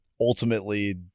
ultimately